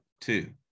Two